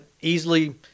easily